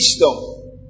wisdom